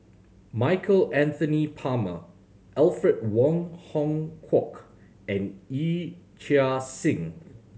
Michael Anthony Palmer Alfred Wong Hong Kwok and Yee Chia Hsing